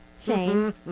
Shane